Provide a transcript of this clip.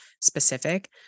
specific